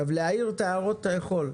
להעיר הערות אתה יכול.